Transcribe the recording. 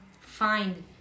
find